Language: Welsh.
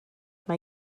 mae